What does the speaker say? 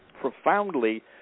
profoundly